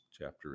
chapter